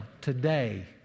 today